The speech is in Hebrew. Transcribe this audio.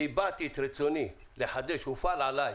הבעתי את רצוני לחדש, והופעל עליי,